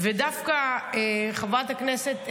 ודווקא חברת הכנסת,